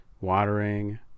watering